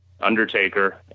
Undertaker